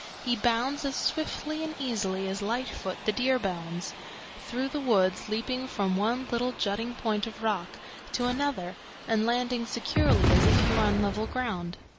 he bounds as swiftly and easily as lightfoot the deer bounds through the woods, leaping from one little jutting point of rock to another and landing securely as if he were on level ground.